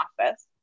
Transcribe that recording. office